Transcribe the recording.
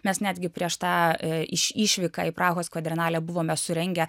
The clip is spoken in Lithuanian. mes netgi prieš tą išišvyką į prahos kvadrenalę buvome surengę